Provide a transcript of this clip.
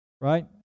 right